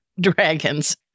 dragons